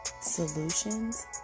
solutions